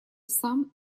сам